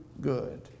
good